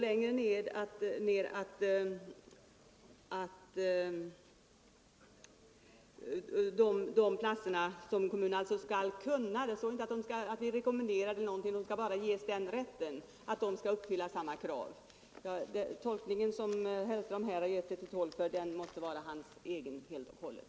Längre ned står att sådana förskolor skall uppfylla de krav som ställs på kommunala förskolor. Det står däremot ingenting om att något rekommenderas; kommunerna skall bara ges den här rätten. Herr Hellströms tolkning måste vara hans egen helt och hållet.